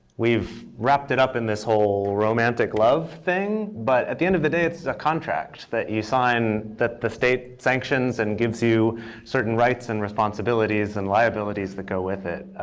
we've wrapped it up in this whole romantic love thing. but at the end of the day, it's a contract that you sign that the state sanctions and gives you certain rights, and responsibilities, and liabilities that go with it.